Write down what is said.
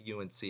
UNC